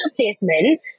placement